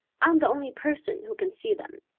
i'm the only person who can see them.